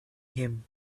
him